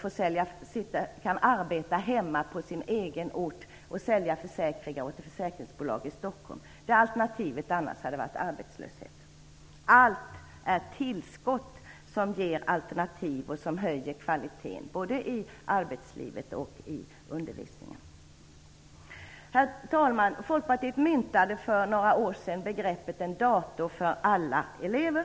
De kan arbeta hemma på sin egen ort och sälja försäkringar åt ett försäkringsbolag i Stockholm. Alternativet hade varit arbetslöshet. Allt är tillskott som ger alternativ och höjer kvaliteten, både i arbetslivet och undervisningen. Herr talman! Folkpartiet myntade för några år sedan begreppet en dator för alla elever.